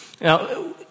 Now